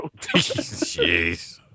Jeez